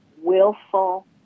willful